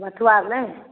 बिज्जु आओर नहि